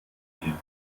mir